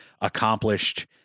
accomplished